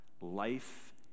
Life